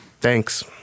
Thanks